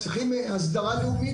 צריכים הסדרה לאומית.